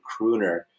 crooner